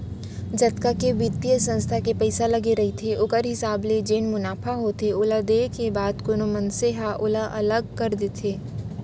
जतका के बित्तीय संस्था के पइसा लगे रहिथे ओखर हिसाब ले जेन मुनाफा होथे ओला देय के बाद कोनो मनसे ह ओला अलग कर देथे